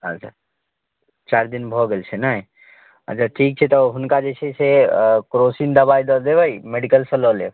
अच्छा चारि दिन भऽ गेल छै ने अच्छा ठीक छै हुनका जे छै से क्रोसिन दबाइ दऽ देबै मेडिकलसँ लऽ लेब